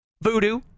voodoo